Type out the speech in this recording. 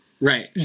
Right